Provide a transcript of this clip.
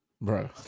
Bro